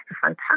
fantastic